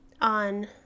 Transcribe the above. on